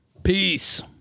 Peace